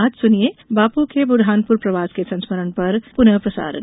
आज सुनिए बापू के बुरहानपुर प्रवास के संस्मरण पर पुनः प्रसारण